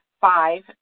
Five